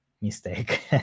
mistake